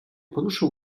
poruszył